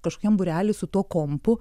kažkokiam būrely su tuo kompu